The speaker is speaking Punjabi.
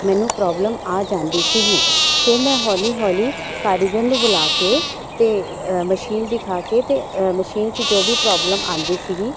ਮੈਨੂੰ ਪ੍ਰੋਬਲਮ ਆ ਜਾਂਦੀ ਸੀਗੀ ਫਿਰ ਮੈਂ ਹੌਲੀ ਹੌਲੀ ਕਾਰੀਗਰ ਨੂੰ ਬੁਲਾ ਕੇ ਅਤੇ ਮਸ਼ੀਨ ਦਿਖਾ ਕੇ ਅਤੇ ਮਸ਼ੀਨ 'ਚ ਜੋ ਵੀ ਪ੍ਰੋਬਲਮ ਆਉਂਦੀ ਸੀਗੀ